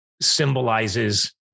symbolizes